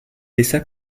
laissa